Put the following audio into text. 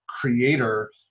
creator